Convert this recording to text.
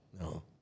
No